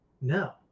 no